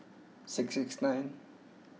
six six nine